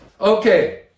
Okay